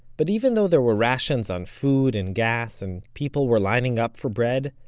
but even though there were rations on food and gas, and people were lining up for bread,